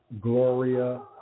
Gloria